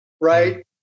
right